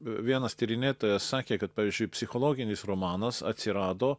vienas tyrinėtojas sakė kad pavyzdžiui psichologinis romanas atsirado